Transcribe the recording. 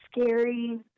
scary